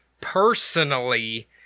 personally